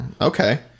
okay